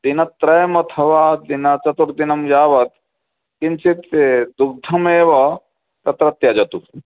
दिनत्रयम् अथवा दिनचतुर्दिनं यावत् किञ्चित् दुग्धमेव तत्र त्यजतु